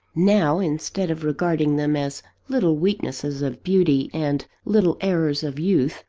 now, instead of regarding them as little weaknesses of beauty, and little errors of youth,